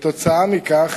כתוצאה מכך